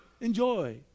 enjoy